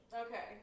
Okay